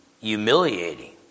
humiliating